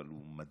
אבל הוא מדהים,